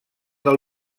del